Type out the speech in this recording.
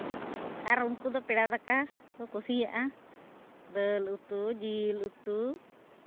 ᱟᱨ ᱩᱱᱠᱩ ᱫᱚ ᱯᱮᱲᱟ ᱫᱟᱠᱟ ᱠᱚ ᱠᱩᱥᱤᱭᱟᱜᱼᱟ ᱫᱟᱹᱞ ᱩᱛᱩ ᱡᱤᱞ ᱩᱛᱩ